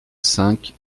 cinq